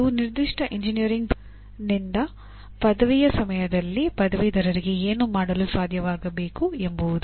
ಇದು ನಿರ್ದಿಷ್ಟ ಎಂಜಿನಿಯರಿಂಗ್ ಪ್ರೋಗ್ರಾಂನಿಂದ ಪದವಿಯ ಸಮಯದಲ್ಲಿ ಪದವೀಧರರಿಗೆ ಏನು ಮಾಡಲು ಸಾಧ್ಯವಾಗಬೇಕು ಎಂಬುವುದು